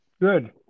Good